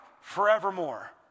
forevermore